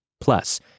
Plus